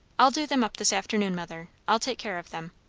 i'll do them up this afternoon, mother. i'll take care of them.